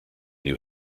new